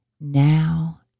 Now